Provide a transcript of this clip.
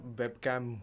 webcam